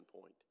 point